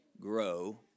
grow